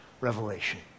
revelation